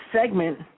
segment